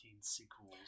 sequels